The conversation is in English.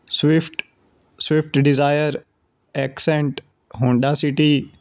swift swift Dzire accent Honda city